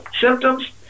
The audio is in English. symptoms